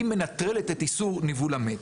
היא מנטרלת את איסור ניבול המת.